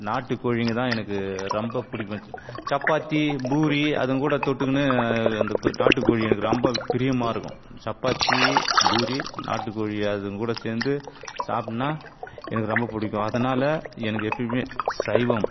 நாட்டுக்கோழிங்க தான் எனக்கு ரொம்ப பிடிக்கும் சப்பாத்தி பூரி அதுங்கக் கூட தொட்டுக்குன்னு அந்த நாட்டுக்கோழி எனக்கு ரொம்ப பிரியமாக இருக்கும் அந்த சப்பாத்தி பூரி நாட்டுக்கோழி அதுங்கக் கூட சேர்ந்து சாப்பிட்னா எனக்கு ரொம்ப பிடிக்கும் அதனாலே எனக்கு எப்போயுமே சைவம்